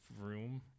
room